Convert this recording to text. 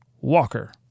Walker